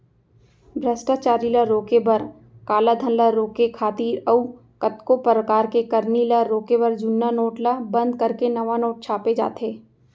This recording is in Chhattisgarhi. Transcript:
भस्टाचारी ल रोके बर, कालाधन ल रोके खातिर अउ कतको परकार के करनी ल रोके बर जुन्ना नोट ल बंद करके नवा नोट छापे जाथे